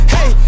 Hey